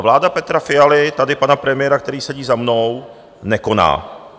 Vláda Petra Fialy, tady pana premiéra, který sedí za mnou, nekoná.